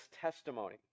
testimony